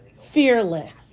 Fearless